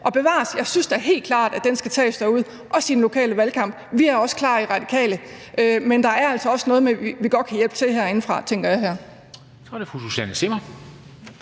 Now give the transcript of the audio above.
Og bevares, jeg synes da helt klart, at den kamp skal tages derude, også i den lokale valgkamp, og vi er også klar i Radikale – men der er altså også noget, vi godt kan hjælpe til med herindefra, tænker jeg.